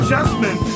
Adjustment